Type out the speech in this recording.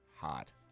Hot